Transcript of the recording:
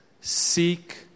seek